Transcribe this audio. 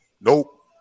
Nope